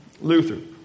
Luther